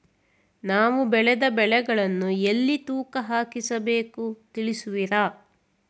ನಾವು ಬೆಳೆದ ಬೆಳೆಗಳನ್ನು ಎಲ್ಲಿ ತೂಕ ಹಾಕಿಸ ಬೇಕು ತಿಳಿಸುವಿರಾ?